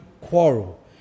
quarrel